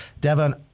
Devon